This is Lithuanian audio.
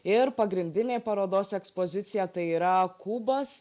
ir pagrindinė parodos ekspozicija tai yra kubas